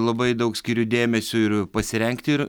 labai daug skiriu dėmesio ir pasirengti ir